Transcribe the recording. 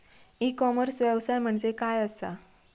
E commerce व्यवसाय म्हणजे काय असा?